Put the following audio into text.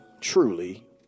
truly